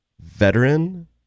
Veteran